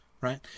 Right